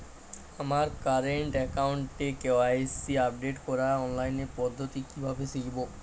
আমার কারেন্ট অ্যাকাউন্টের KYC update করার অনলাইন পদ্ধতি কীভাবে শিখব?